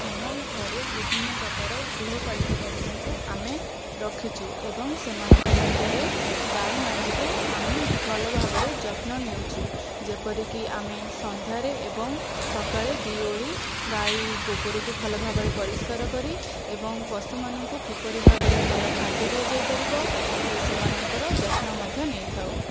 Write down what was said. ଆମ ଘରେ ବିଭିନ୍ନ ପ୍ରକାର ଗୃହପାଳିତ ପଶୁଙ୍କୁ ଆମେ ରଖିଛୁ ଏବଂ ସେମାନଙ୍କ ମଧ୍ୟରେ ଗାଈମାନଙ୍କୁ ଆମେ ଭଲ ଭାବରେ ଯତ୍ନ ନେଉଛୁ ଯେପରିକି ଆମେ ସନ୍ଧ୍ୟାରେ ଏବଂ ସକାଳେ ଦି ଓଳି ଗାଈ ଗୋବରକୁ ଭଲ ଭାବରେ ପରିସ୍କାର କରି ଏବଂ ପଶୁମାନଙ୍କୁ କିପରି ଭାବରେ ଭଲ ଖାଦ୍ୟ ଦିଆଯାଇପାରିବ ସେମାନଙ୍କର ଯତ୍ନ ମଧ୍ୟ ନେଇଥାଉ